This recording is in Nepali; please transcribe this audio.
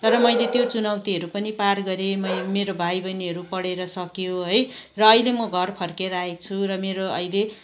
तर मैले त्यो चुनौतीहरू पनि पार गरे मेरो भाइ बहिनीहरू पढेर सक्यो है र अहिले म घर फर्केर आएको छु र मेरो अहिले